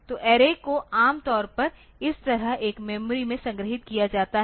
तो ऐरे को आम तौर पर इस तरह एक मेमोरी में संग्रहीत किया जाता है